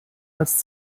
als